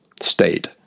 state